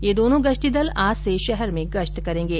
यह दोनो गश्ती दल आज से शहर में गश्त करेंगे